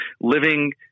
living